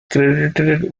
credited